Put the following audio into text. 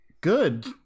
good